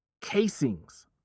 casings